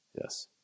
Yes